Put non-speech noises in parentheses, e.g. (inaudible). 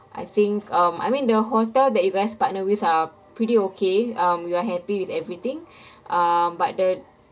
I think um I mean the hotel that you guys partner with are pretty okay um we are happy with everything (breath) um but the